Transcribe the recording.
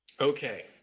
Okay